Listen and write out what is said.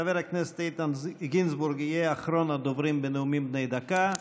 חבר הכנסת איתן גינזבורג יהיה אחרון הדוברים בנאומים בני דקה,